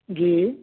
जी